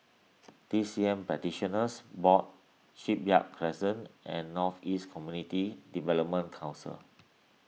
T C M Practitioners Board Shipyard Crescent and North East Community Development Council